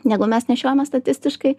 negu mes nešiojame statistiškai